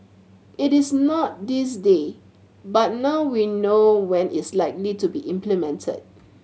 it is not this day but now we know when it's likely to be implemented